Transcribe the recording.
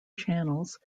channels